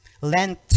Lent